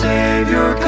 Savior